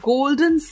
Golden